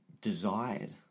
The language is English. desired